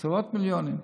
עשרות מיליונים.